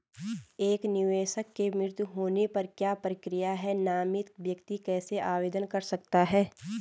एक निवेशक के मृत्यु होने पर क्या प्रक्रिया है नामित व्यक्ति कैसे आवेदन कर सकता है?